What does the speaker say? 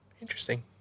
interesting